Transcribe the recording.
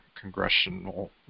congressional